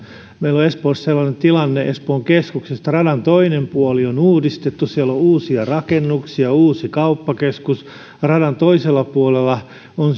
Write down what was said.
meillä on espoossa sellainen tilanne että espoon keskuksesta radan toinen puoli on uudistettu siellä on uusia rakennuksia uusi kauppakeskus radan toisella puolella on